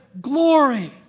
glory